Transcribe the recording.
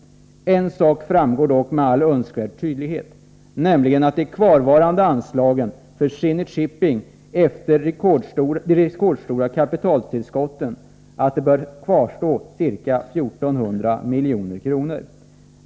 En sak framgår dock med all önskvärd tydlighet: efter de rekordstora kapitaltillskotten till Zenit Shipping bör kvarstå ca 1 400 milj.kr. av anslagen.